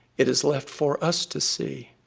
it is left for us to see,